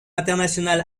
international